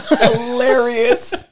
hilarious